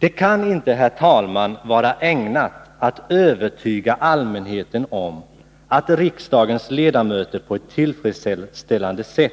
Det kaninte, herr talman, vara ägnat att övertyga allmänheten om att riksdagens ledamöter på ett tillfredsställande sätt